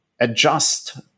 adjust